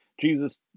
Jesus